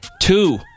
two